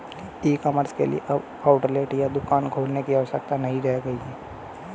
ई commerce के लिए अब आउटलेट या दुकान खोलने की आवश्यकता नहीं रह गई है